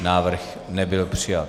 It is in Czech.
Návrh nebyl přijat.